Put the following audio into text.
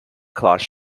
class